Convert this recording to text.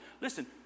Listen